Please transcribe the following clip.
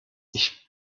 ich